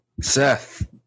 seth